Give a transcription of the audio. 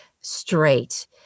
straight